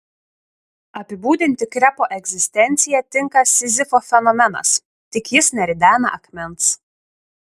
apibūdinti krepo egzistenciją tinka sizifo fenomenas tik jis neridena akmens